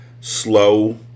Slow